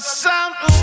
sound